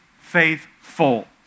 faithful